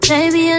Baby